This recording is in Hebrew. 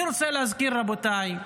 אני רוצה להזכיר, רבותיי,